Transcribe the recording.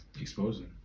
Exposing